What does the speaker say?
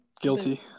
Guilty